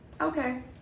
Okay